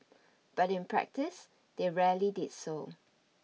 but in practice they rarely did so